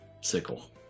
Sickle